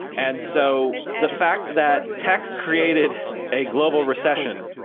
and so the fact that tech created a global recession,